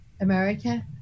America